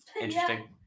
Interesting